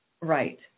right